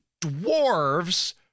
dwarves